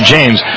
James